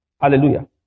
Hallelujah